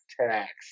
tax